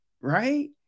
right